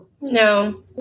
No